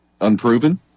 unproven